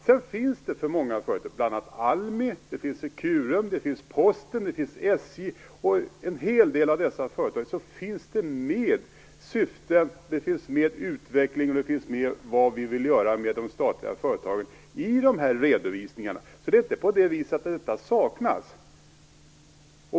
Sedan ingår det i redovisningarna för många företag, bl.a. ALMI, Securum, Posten och SJ, syften, utveckling och uppgifter om vad vi vill göra med de statliga företagen. Det är inte så att detta saknas.